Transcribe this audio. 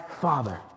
father